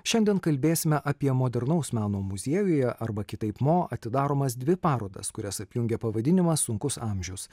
šiandien kalbėsime apie modernaus meno muziejuje arba kitaip mo atidaromas dvi parodas kurias apjungia pavadinimas sunkus amžius